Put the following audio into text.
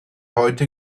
heute